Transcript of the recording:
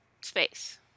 space